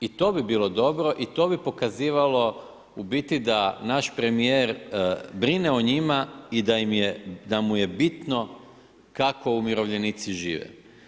I to bi bilo dobro i to bi pokazivalo u biti da naš premijer brine o njima i da mu je bitno kako umirovljenici žive.